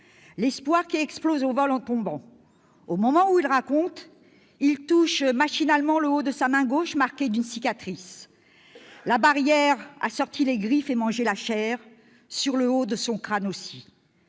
l'espoir qui explose au sol en tombant. Au moment où il le raconte, il touche machinalement le haut de sa main gauche, marquée d'une cicatrice. La barrière a sorti les griffes et mangé la chair. Sur le haut de son crâne aussi.